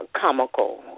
comical